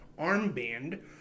armband